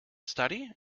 study